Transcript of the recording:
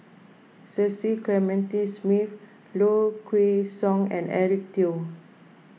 Cecil Clementi Smith Low Kway Song and Eric Teo